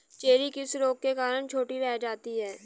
Cherry किस रोग के कारण छोटी रह जाती है?